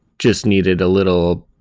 just needed a little